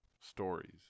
stories